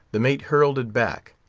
the mate hurled it back.